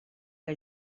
que